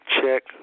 Check